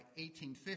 1850